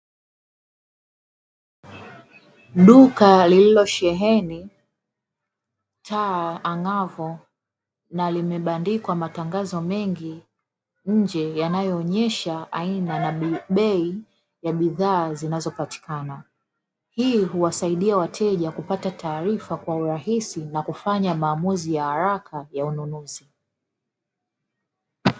Duka lililosheheni taa ang'avu na limebandikwa matangazo mengi nje yanayoonyesha aina na bei ya bidhaa zinazopatikana, hii huwasaidia wateja kupata taarifa kwa urahisi na kufanya maamuzi ya haraka ya ununuzi.